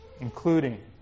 Including